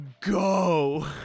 go